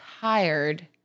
tired